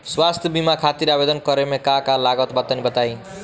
स्वास्थ्य बीमा खातिर आवेदन करे मे का का लागत बा तनि बताई?